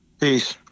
Peace